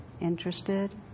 Interested